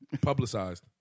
publicized